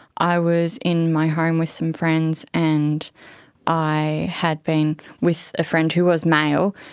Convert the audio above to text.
i was in my home with some friends and i had been with a friend who was male.